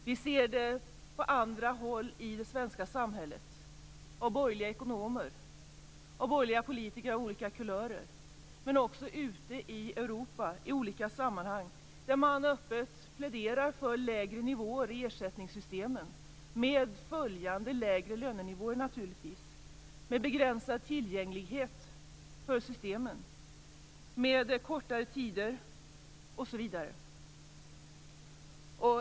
Vi ser det på andra håll i det svenska samhället av borgerliga ekonomer och av borgerliga politiker av olika kulörer, men också ute i Europa i olika sammanhang där man öppet pläderar för lägre nivåer i ersättningssystemen med medföljande lägre lönenivåer naturligtvis, med begränsad tillgänglighet till systemen, med kortare tider osv.